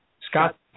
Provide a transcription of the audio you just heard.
Scott